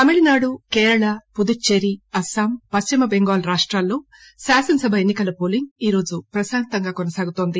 తమిళనాడు కేరళ పుదుచ్చేరి అస్సాం పశ్చిమ చెంగాల్ రాష్టాల్లో శాసనసభ ఎన్ని కల పోలింగ్ ఈ రోజు ప్రశాంతంగా కొనసాగుతోంది